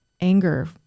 anger